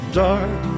dark